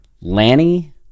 Lanny